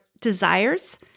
desires